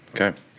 okay